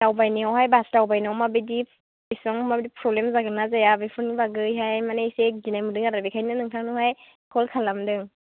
दावबायनायावहाय बास दावबायनायाव माबायदि एसेबां माबायदि प्रब्लेम जागोन ना जाया बेफोरनि बागैहाय मानि एसे गिनाय मोन्दों आरो बेखायनो नोंथांनावहाय कल खालामदों